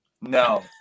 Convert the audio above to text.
No